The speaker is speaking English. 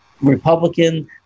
Republican